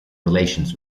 relations